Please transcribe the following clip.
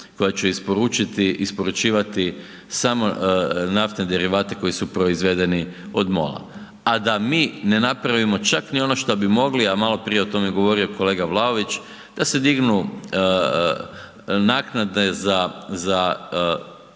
koja će isporučivati samo naftne derivate koji su proizvedeni od MOL-a a da mi ne napravimo čak ni ono šta bi mogli a maloprije je o tome govorio kolega Vlaović, da se dignu naknade i